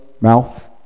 mouth